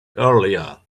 earlier